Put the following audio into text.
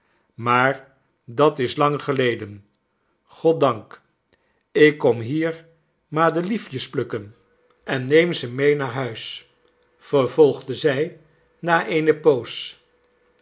maar dat is lang geleden goddank ik kom hier madeliefjes plukken en neem ze mede naar huis vervolgde zij na eene poos